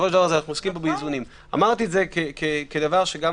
בסופו של דבר אנחנו עוסקים פה באיזונים.